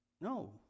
No